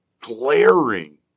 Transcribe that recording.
glaring